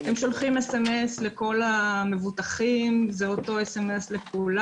הם שולחים סמ"ס לכל המבוטחים, זה אותו סמ"ס לכולם.